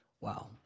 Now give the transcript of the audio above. Wow